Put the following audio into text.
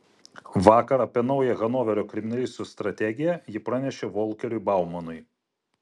vakar apie naują hanoverio kriminalistų strategiją ji pranešė volkeriui baumanui